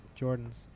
Jordans